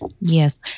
Yes